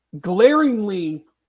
glaringly